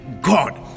God